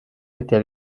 était